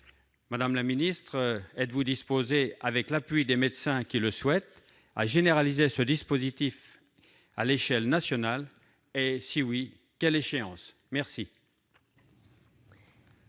Gouvernement est-il disposé, avec l'appui des médecins qui le souhaitent, à généraliser ce dispositif à l'échelle nationale et, si oui, à quelle échéance ? La